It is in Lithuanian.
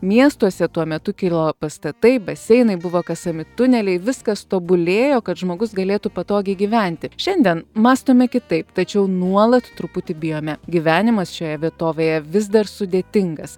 miestuose tuo metu kilo pastatai baseinai buvo kasami tuneliai viskas tobulėjo kad žmogus galėtų patogiai gyventi šiandien mąstome kitaip tačiau nuolat truputį bijome gyvenimas šioje vietovėje vis dar sudėtingas